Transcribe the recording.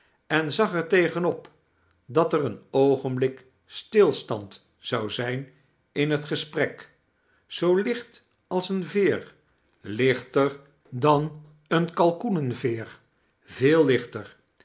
en zag er tegen op dat er een oogenblik stilstand ecu zijn in het gesprek zoo licht als een veer liohter dan een kalkoenenveer veel lichter